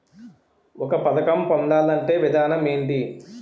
ఒక పథకం పొందాలంటే విధానం ఏంటి?